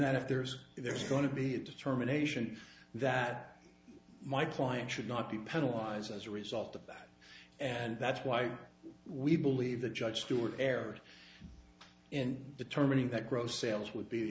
that if there's there's going to be a determination that my client should not be penalize as a result of that and that's why we believe the judge jury erred in determining that gross sales would be